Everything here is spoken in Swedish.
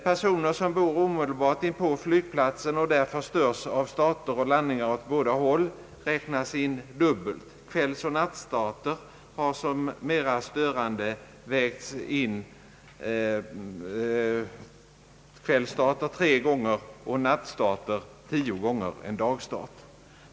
Personer som bor alldeles inpå flygplatsen och därför störs av starter och landningar åt båda håll räknas in dubbelt. Kvällsoch nattstarter bedöms som mera störande — kvällsstarter vägs in tre gånger och nattstarter tio gånger tyngre än dagstarter.